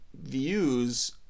views